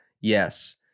yes